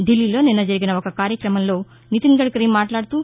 ఢిల్లీలో నిన్న జరిగిన ఒక కార్యక్రమంలో నితిన్ గడ్కరీ మాట్లాడుతూ